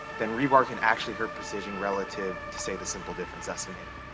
then rebar can actually hurt precision relative to, say, the simple difference estimator.